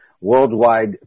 Worldwide